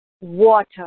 water